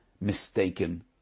mistaken